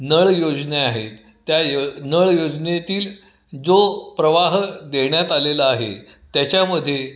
नळयोजना आहेत त्या यो नळयोजनेतील जो प्रवाह देण्यात आलेला आहे त्याच्यामध्ये